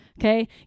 Okay